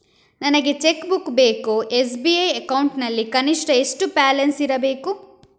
ನನಗೆ check book ಬೇಕು SB account ನಲ್ಲಿ ಕನಿಷ್ಠ ಎಷ್ಟು ಬ್ಯಾಲೆನ್ಸ್ ಇರಬೇಕು?